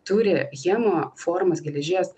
turi hemo formos geležies